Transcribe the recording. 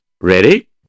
ready